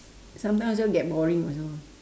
sometimes also get boring also